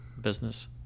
business